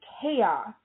chaos